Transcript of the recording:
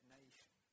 nation